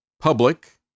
public